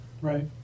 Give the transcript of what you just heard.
right